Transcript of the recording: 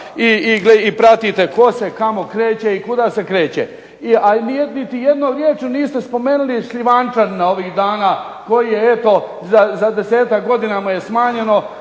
i pratite tko se kamo kreće i kuda se kreće. A niti jednom riječju niste spomenuli Šljivančanina ovih dana koji je eto za desetak godina mu je smanjeno,